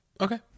okay